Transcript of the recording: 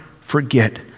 forget